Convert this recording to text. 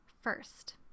First